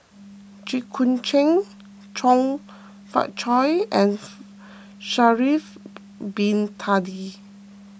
Jit Koon Ch'ng Chong Fah Cheong and Sha'ari Bin Tadin